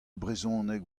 brezhoneg